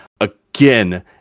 again